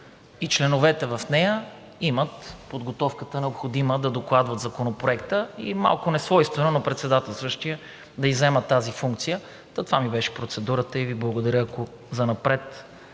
и членовете в нея имат необходимата подготовка да докладват Законопроекта и е малко несвойствено на председателстващия да изземва тази функция. Това ми беше процедурата и Ви благодаря, ако занапред